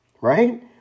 right